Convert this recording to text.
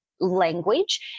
language